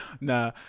nah